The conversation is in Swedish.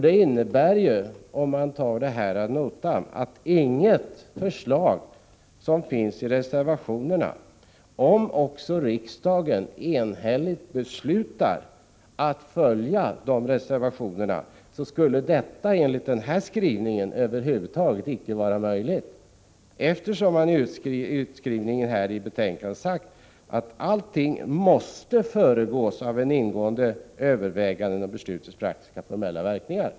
Det innebär ju, om man tar detta ad notam, att om också riksdagen enhälligt beslutar att följa förslagen i reservationerna skulle detta enligt den skrivningen över huvud taget icke vara möjligt, eftersom man säger att allting måste föregås av ingående överväganden om beslutets praktiska och formella verkningar.